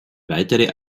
weitere